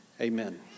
Amen